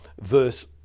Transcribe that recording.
verse